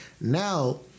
now